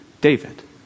David